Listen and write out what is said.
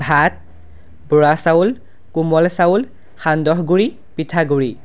ভাত বৰা চাউল কোমল চাউল সান্দহ গুড়ি পিঠাগুড়ি